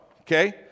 okay